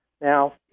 Now